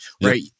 right